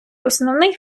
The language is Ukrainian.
основний